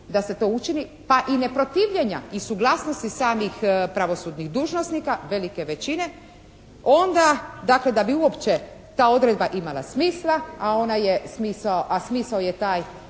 da se to učini, pa i neprotivljenja i suglasnosti samih pravosudnih dužnosnika velike većine onda dakle da bi uopće ta odredba imala smisla, a ona je, a